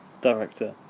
Director